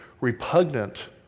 repugnant